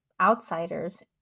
outsiders